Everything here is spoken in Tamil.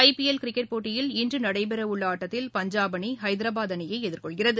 ஐ பி எல் கிரிக்கெட் போட்டியில் இன்று நடைபெற உள்ள ஆட்டத்தில் பஞ்சாப் அணி ஐதராபாத் அணியை எதிர்கொள்கிறது